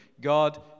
God